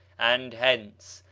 and hence,